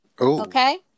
okay